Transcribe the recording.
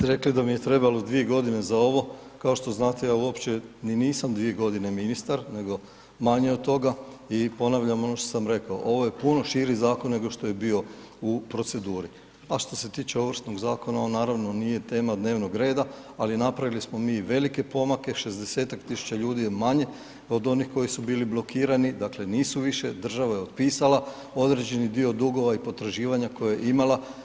Vi ste rekli da mi je trebalo dvije godine za ovo, kao što znate ja uopće ni nisam dvije godine ministar nego manje od toga, i ponavljam ono što sam rekao, ovo je puno širi zakon nego što je bio u proceduri, a što se tiče ovršnog zakona, on naravno nije tema dnevnog reda, ali napravili smo mi i velike pomake, 60-ak tisuća ljudi je manje od onih koji su bili blokirani, dakle nisu više, država je otpisala određeni dio dugova i potraživanja koja je imala.